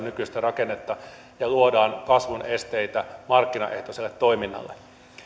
nykyistä rakennetta ja luodaan kasvun esteitä markkinaehtoiselle toiminnalle